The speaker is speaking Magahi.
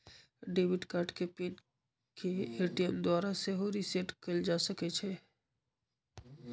डेबिट कार्ड के पिन के ए.टी.एम द्वारा सेहो रीसेट कएल जा सकै छइ